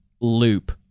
loop